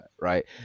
right